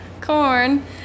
Corn